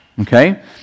Okay